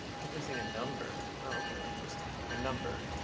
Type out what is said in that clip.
try pressing a number. ok. interesting. a number.